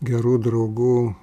gerų draugų